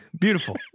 Beautiful